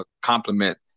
complement